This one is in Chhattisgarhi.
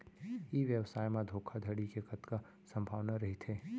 ई व्यवसाय म धोका धड़ी के कतका संभावना रहिथे?